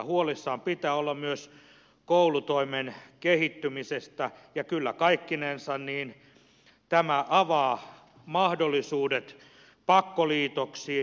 huolissaan pitää olla myös koulutoimen kehittymisestä ja kyllä kaikkinensa tämä avaa mahdollisuudet pakkoliitoksiin